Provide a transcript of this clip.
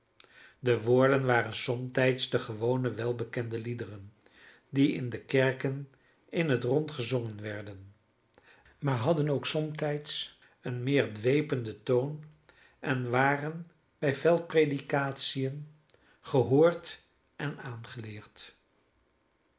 de woorden waren somtijds de gewone welbekende liederen die in de kerken in het rond gezongen werden maar hadden ook somtijds een meer dwependen toon en waren bij veldpredicatiën gehoord en aangeleerd